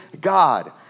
God